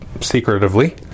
secretively